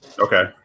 Okay